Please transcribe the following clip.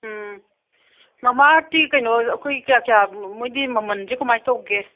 ꯎꯝ ꯃꯃꯥ ꯑꯥꯔꯠꯇꯤ ꯀꯩꯅꯣ ꯑꯩꯈꯣꯏ ꯀꯌꯥ ꯀꯌꯥ ꯃꯣꯏꯗꯤ ꯃꯃꯟꯁꯤ ꯀꯃꯥꯏꯅ ꯇꯧꯒꯦ